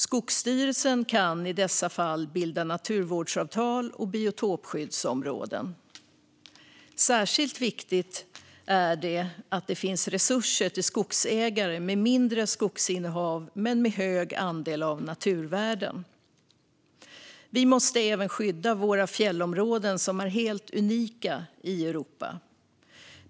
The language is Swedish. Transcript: Skogsstyrelsen kan i dessa fall bilda naturvårdsavtal och biotopskyddsområden. Särskilt viktigt är det att det finns resurser till skogsägare med mindre skogsinnehav med hög andel naturvärden. Vi måste även skydda våra fjällområden, som är helt unika i Europa.